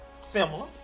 similar